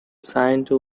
signed